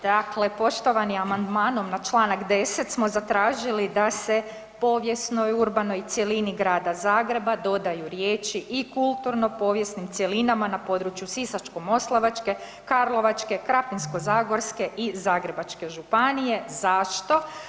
Dakle, poštovani, amandmanom na čl. 10. smo zatražili da se povijesnoj ubranoj cjelini grada Zagreba dodaju riječi „ i kulturno-povijesnim cjelinama na području Sisačko-moslavačke, Karlovačke, Krapinsko-zagorske i Zagrebačke županije“, zašto?